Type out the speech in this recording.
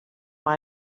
why